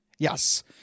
Yes